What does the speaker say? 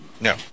No